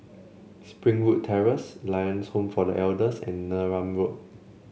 Springwood Terrace Lions Home for The Elders and Neram Road